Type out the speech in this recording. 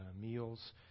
meals